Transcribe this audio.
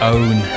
Own